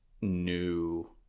new